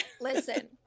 Listen